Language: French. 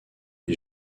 les